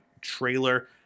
trailer